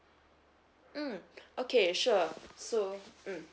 mm okay sure so mm